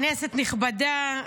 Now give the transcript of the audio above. כנסת נכבדה,